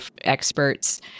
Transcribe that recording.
experts –